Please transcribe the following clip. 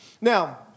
Now